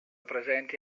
presenti